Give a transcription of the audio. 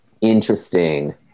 interesting